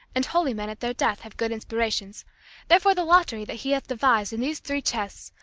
and holy men at their death have good inspirations therefore the lott'ry that he hath devised in these three chests,